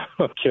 Okay